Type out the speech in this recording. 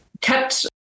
kept